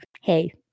hey